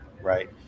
right